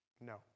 No